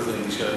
ובכן,